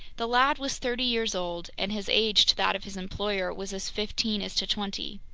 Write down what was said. the lad was thirty years old, and his age to that of his employer was as fifteen is to twenty.